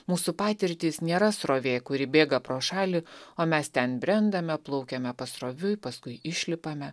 mūsų patirtys nėra srovė kuri bėga pro šalį o mes ten brendame plaukiame pasroviui paskui išlipame